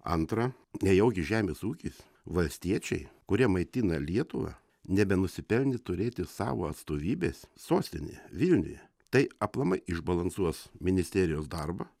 antra nejaugi žemės ūkis valstiečiai kurie maitina lietuvą nebenusipelnė turėti savo atstovybės sostinėje vilniuje tai aplamai išbalansuos ministerijos darbą